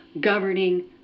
governing